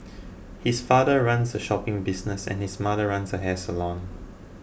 his father runs a shopping business and his mother runs a hair salon